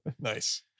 Nice